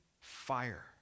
fire